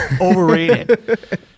Overrated